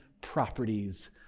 properties